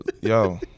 Yo